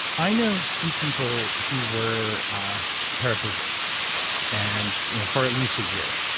i know two people who were paraplegic and you know for at least a year,